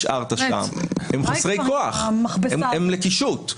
באמת, די כבר עם מכבסת המילים.